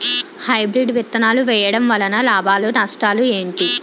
Hybrid విత్తనాలు వేయటం వలన లాభాలు నష్టాలు ఏంటి?